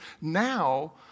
Now